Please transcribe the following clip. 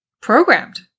programmed